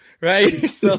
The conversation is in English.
right